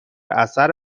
اثر